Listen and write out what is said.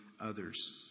others